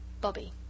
Bobby